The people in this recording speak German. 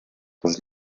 das